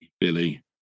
Billy